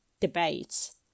debates